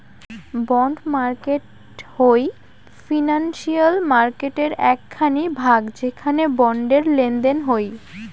bond market হই financial মার্কেটের এক খানি ভাগ যেখানে বন্ডের লেনদেন হই